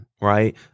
right